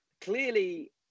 clearly